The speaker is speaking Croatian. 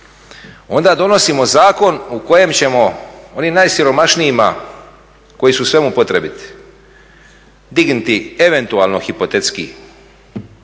Onda donosimo zakon u kojem ćemo onim najsiromašnijima koji su u svemu potrebiti dignuti eventualno hipotetski